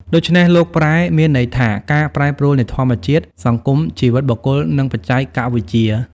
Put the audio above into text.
ដូច្នេះ "លោកប្រែ" មានន័យថា ការប្រែប្រួលនៃធម្មជាតិ សង្គម ជីវិតបុគ្គល និងបច្ចេកវិទ្យា។